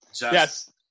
Yes